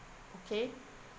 okay